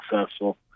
successful